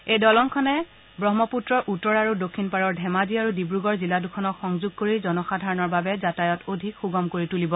এই দলংখনে ব্ৰহ্মপূত্ৰৰ উত্তৰ আৰু দক্ষিণ পাৰৰ ধেমাজি আৰু ডিব্ৰুগড় জিলা দৃখনক সংযোগ কৰি জনসাধাৰণৰ বাবে যাতায়াত অধিক সুগম কৰি তুলিব